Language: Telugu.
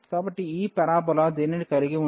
కాబట్టి ఈ పారాబోలా దీనిని కలిగి ఉంటుంది